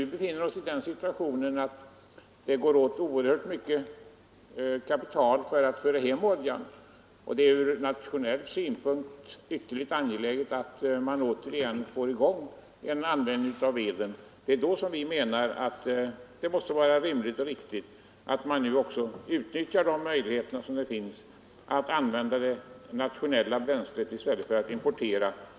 Vi befinner oss nu i den situationen att det går åt oerhört mycket kapital för att föra hem oljan, och det är ur nationell synpunkt ytterligt angeläget att man återigen får i gång en användning av veden. Det bör då vara rimligt och riktigt att man utnyttjar de möjligheter som finns att använda det nationella bränslet i stället för att importera.